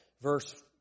Verse